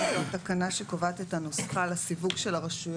זה חינוך מיוחד, (14)